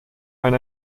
ein